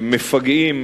מפגעים,